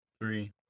Three